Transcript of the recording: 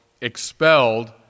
expelled